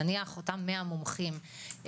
המומחים,